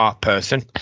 person